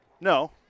No